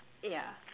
yeah